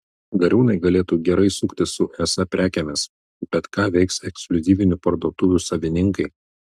gariūnai galėtų gerai suktis su es prekėmis bet ką veiks ekskliuzyvinių parduotuvių savininkai